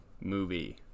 movie